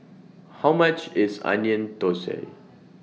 How much IS Onion Thosai